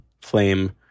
flame